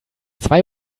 zwei